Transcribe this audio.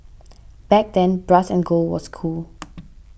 back then brass and gold was cool